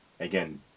again